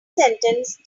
sentence